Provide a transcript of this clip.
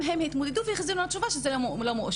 הם התמודדו והחזירו לנו תשובה שזה לא מאושר,